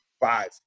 Five